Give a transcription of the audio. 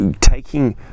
taking